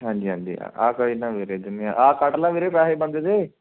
ਹਾਂਜੀ ਹਾਂਜੀ ਆ ਕੋਈ ਨਾ ਵੀਰੇ ਜਿੰਨੇ ਆ ਕੱਟ ਲਾ ਵੀਰੇ ਪੈਸੇ ਬੰਦੇ ਦੇ